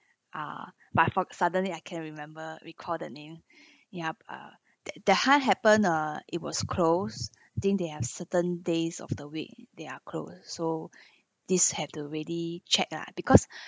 ah but fog~ suddenly I can remember recall the name yup uh that the high happen uh it was close think they have certain days of the week they are closed so this have to really check lah because